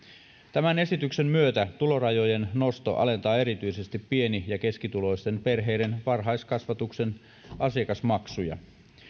tämän esityksen myötä tulorajojen nosto alentaa erityisesti pieni ja keskituloisten perheiden varhaiskasvatuksen asiakasmaksuja